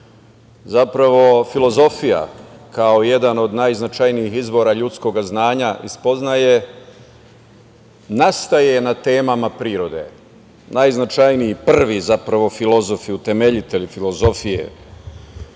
zapravo filozofija kao jedan od najznačajnijih izvora ljudskog znanja i spoznaje, nastaje na temama prirode. Najznačajniji, prvi, zapravo filozofi, utemeljitelji filozofije,